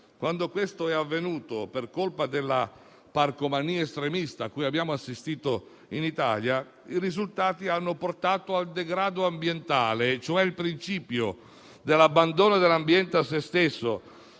quando questo è avvenuto per colpa della parcomania estremista cui abbiamo assistito in Italia, i risultati hanno portato al degrado ambientale: il principio dell'abbandono dell'ambiente a se stesso,